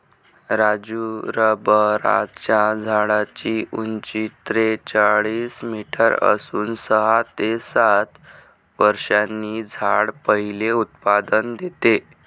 राजू रबराच्या झाडाची उंची त्रेचाळीस मीटर असून सहा ते सात वर्षांनी झाड पहिले उत्पादन देते